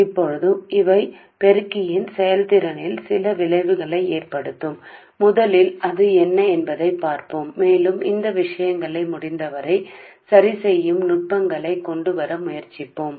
ఇప్పుడు ఈ యాంప్లిఫైయర్ పనితీరుపై కొంత ప్రభావాన్ని కలిగి ఉంటుంది మేము ఏమి చూస్తామో మరియు సాధ్యమైనంతవరకు ఈ విషయాలను సరిచేసిన మెళుకువలతో ముందుకు రావాలని ప్రయత్నిస్తాము